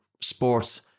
sports